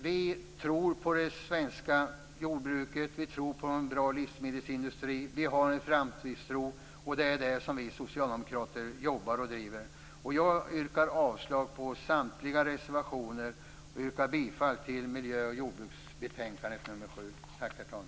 Vi tror på det svenska jordbruket, vi tror på en bra livsmedelsindustri. Vi har en framtidstro. Det är det som vi socialdemokrater jobbar för och driver. Jag yrkar avslag på samtliga reservationer och bifall till hemställan i miljö och jordbruksutskottets betänkande nr 7.